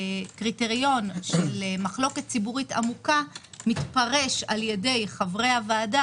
שקריטריון של מחלוקת ציבורית עומקה מתפרש על-ידי חברי הוועדה